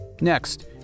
Next